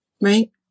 right